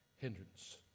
hindrance